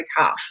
tough